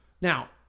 Now